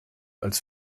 als